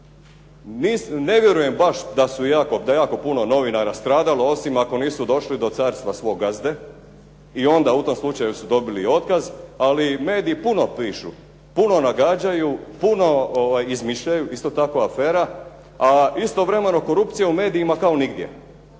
Ne vjerujem baš da je jako puno novinara stradalo osim ako nisu došli do carstva svog gazde i onda u tom slučaju su dobili i otkaz. Ali mediji puno pišu, puno nagađaju, puno izmišljaju isto tako afera, a istovremeno korupcije u medijima kao nigdje.